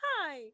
Hi